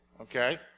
okay